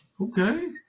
Okay